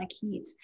heat